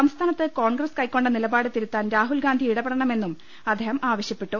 സംസ്ഥാനത്ത് കോൺഗ്രസ് കൈക്കൊണ്ട നിലപാട് തിരുത്താൻ രാഹുൽ ഗാന്ധി ഇടപെടണമെന്നും അദ്ദേഹം ആവശ്യപ്പെട്ടു